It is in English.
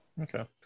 Okay